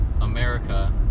America